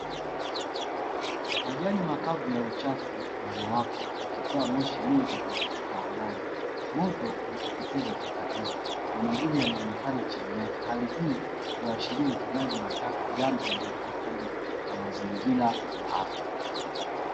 Majani makavu ya uchafu yanawaka, yakitoa moshi mwingi unaofuka angani. Moto unateketeza taka hizo na majivu yanaonekana chini yake. Hali hii huashiria uchomaji wa taka, jambo lenye athari ya mazingira na afya.